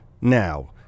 now